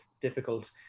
difficult